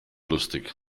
lustig